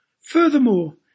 Furthermore